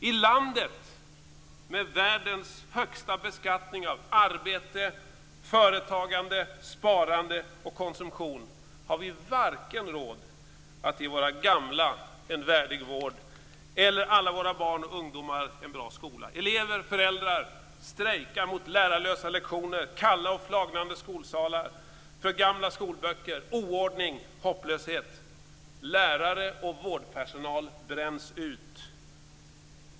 I landet med världens högsta beskattning av arbete, företagande, sparande och konsumtion har vi inte råd att ge vare sig våra gamla en värdig vård eller alla våra barn och ungdomar en bra skola. Elever och föräldrar strejkar mot lärarlösa lektioner, kalla och flagnande skolsalar, för gamla skolböcker, oordning och hopplöshet. Lärare och vårdpersonal bränns ut.